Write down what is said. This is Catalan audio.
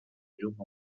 llum